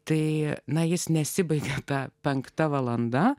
tai na jis nesibaigia ta penkta valanda